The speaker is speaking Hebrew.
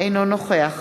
אינו נוכח